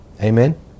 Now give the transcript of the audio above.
Amen